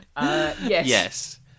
Yes